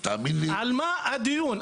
על מה הדיון?